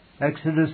Exodus